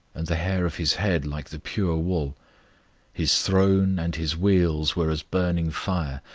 and the hair of his head like the pure wool his throne and his wheels were as burning fire,